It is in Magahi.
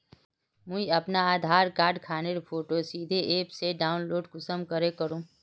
मुई अपना आधार कार्ड खानेर फोटो सीधे ऐप से डाउनलोड कुंसम करे करूम?